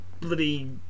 bloody